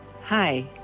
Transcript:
Hi